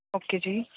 okay ਜੀ